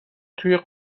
توی